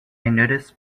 noticed